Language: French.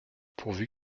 pourvu